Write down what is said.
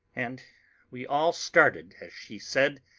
and we all started as she said,